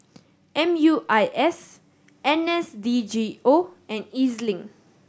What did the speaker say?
M U I S N S D G O and E Z Link